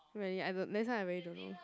really I don~ that's why I really don't know